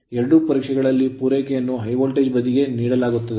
ಎರಡೂ ಪರೀಕ್ಷೆಗಳಲ್ಲಿ ಪೂರೈಕೆಯನ್ನು ಹೈ ವೋಲ್ಟೇಜ್ ಬದಿಗೆ ನೀಡಲಾಗುತ್ತದೆ